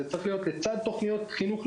זה צריך להיות לצד תוכניות חינוך.